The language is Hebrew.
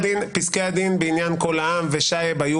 פסקי הדין בעניין קול העם ושייב היו